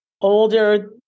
older